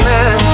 Man